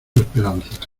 esperanza